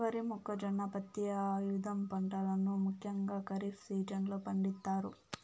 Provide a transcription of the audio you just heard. వరి, మొక్కజొన్న, పత్తి, ఆముదం పంటలను ముఖ్యంగా ఖరీఫ్ సీజన్ లో పండిత్తారు